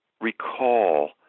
recall